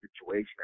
situation